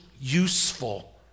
useful